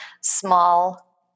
small